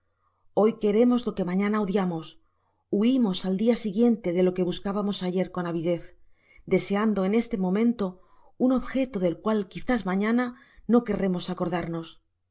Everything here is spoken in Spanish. hoy queremos lo que mañana odiamos huimos al dia siguiente de lo que buscábamos ayer con avidez deseando en este momento un objeto del enal quizás macara ao querremos acordarnos no